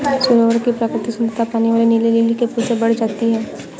सरोवर की प्राकृतिक सुंदरता पानी वाले नीले लिली के फूल से बढ़ जाती है